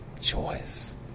Choice